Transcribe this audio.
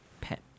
pet